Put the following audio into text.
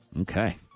Okay